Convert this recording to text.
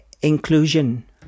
inclusion